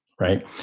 right